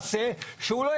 זה נשמע שזה לא חל.